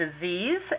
disease